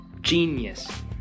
genius